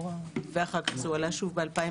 אחר כך זה עלה שוב ב-2019.